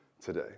today